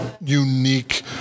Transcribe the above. unique